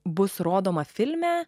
bus rodoma filme